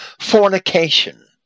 fornication